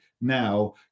now